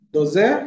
Doze